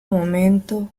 momento